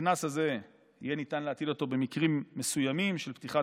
את הקנס הזה יהיה ניתן להטיל במקרים מסוימים של פתיחת